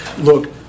look